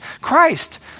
Christ